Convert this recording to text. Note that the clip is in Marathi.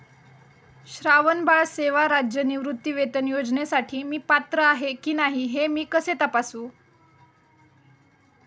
श्रावणबाळ सेवा राज्य निवृत्तीवेतन योजनेसाठी मी पात्र आहे की नाही हे मी कसे तपासू?